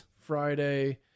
Friday